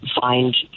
find